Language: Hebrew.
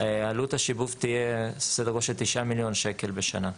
עלות השיבוב תהיה סדר גודל של 9 מיליון שקל בשנה,